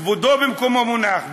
כבודו במקומו מונח,